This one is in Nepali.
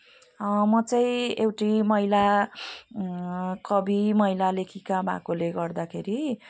म चाहिँ एउटी महिला कवि महिला लेखिका भएकोले गर्दाखेरि